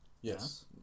Yes